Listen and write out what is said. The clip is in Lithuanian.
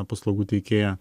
paslaugų teikėją